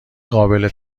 قابل